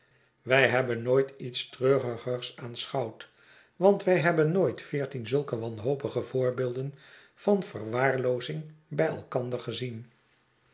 wij hebben nooit iets treurigers aanschouwd want wij hebben nooit veertien zulke wanhopige voorbeelden van verwaarloozing by elkander gezien